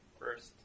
First